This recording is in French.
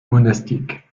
monastique